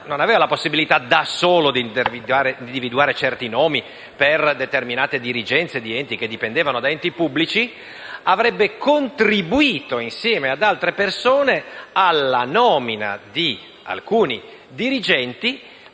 non aveva la possibilità di individuare da solo certi nomi per determinate dirigenze di enti che dipendevano da enti pubblici. Egli avrebbe quindi contribuito insieme ad altre persone alla nomina di alcuni dirigenti